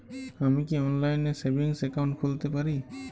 আমি কি অনলাইন এ সেভিংস অ্যাকাউন্ট খুলতে পারি?